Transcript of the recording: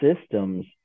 systems